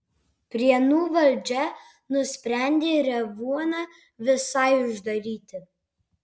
prienų valdžia nusprendė revuoną visai uždaryti